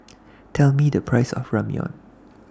Tell Me The Price of Ramyeon